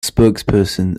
spokesperson